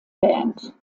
band